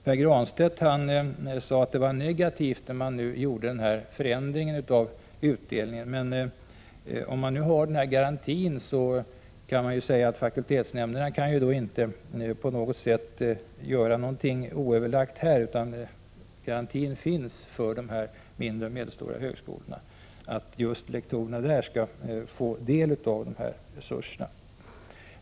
Pär Granstedt sade att det var negativt när man gjorde den här förändringen av utdelningen. Men fakultetsnämnderna kan inte göra något oöverlagt, eftersom det finns en garanti för de mindre och medelstora högskolorna att just lektorerna där skall få del av resurserna.